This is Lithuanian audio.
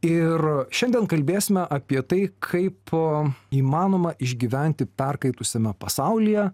ir šiandien kalbėsime apie tai kaip įmanoma išgyventi perkaitusiame pasaulyje